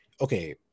Okay